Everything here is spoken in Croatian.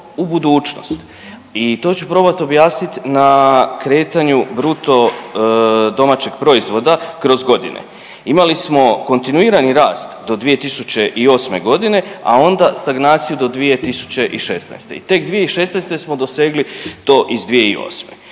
u budućnost i to ću probat objasnit na kretanju BDP-a kroz godine. Imali smo kontinuirani rast do 2008.g., a onda stagnaciju do 2016. i tek 2016. smo dosegli to iz 2008.,